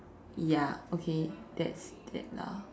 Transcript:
ya okay that's that lah